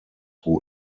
who